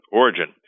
origin